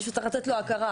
מישהו צריך לתת לו הכרה,